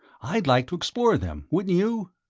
i'd like to explore them, wouldn't you?